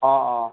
অঁ অঁ